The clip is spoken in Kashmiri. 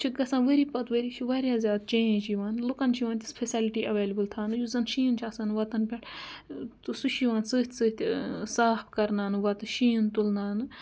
چھِ گَژھان ؤری پَتہٕ ؤری چھِ واریاہ زیادٕ چینٛج یِوان لُکَن چھِ یِوان تِژھ فیٚسَلٹی ایویلیبل تھاونہٕ یُس زَن شیٖن چھُ آسان وَتَن پٮ۪ٹھ تہٕ سُہ چھُ یِوان سۭتۍ سۭتۍ صاف کَرناونہٕ وَتہٕ شیٖن تُلناونہٕ